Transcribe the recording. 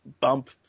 bump